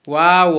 wow